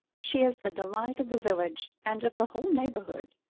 she is the delight of the village, and of the whole neighbourhood.